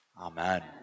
Amen